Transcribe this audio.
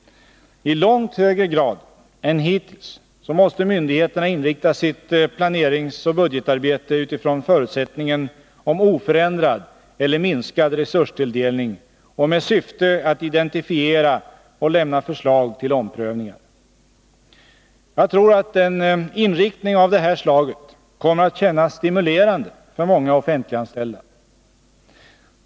I långt högre grad än hittills måste myndigheterna inrikta sitt planeringsoch budgetarbete utifrån förutsättningen om oförändrad eller minskad resurstilldelning och med syfte att identifiera och lämna förslag till omprövningar. Jagtror att en inriktning av det här slaget kommer att kännas stimulerande för många offentliganställda.